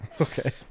Okay